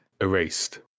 Erased